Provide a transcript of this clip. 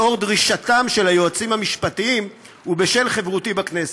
לאור דרישתם של היועצים המשפטיים ובשל חברותי בכנסת.